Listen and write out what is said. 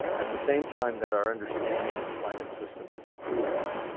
at the same time that our understanding of the climate system has improved,